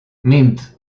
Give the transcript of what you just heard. mint